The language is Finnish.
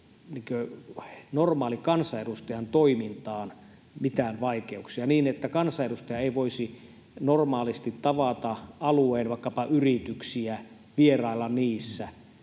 normaaliin kansanedustajan toimintaan mitään vaikeuksia, niin että kansanedustaja ei voisi normaalisti tavata vaikkapa alueen yrityksiä, vierailla niissä.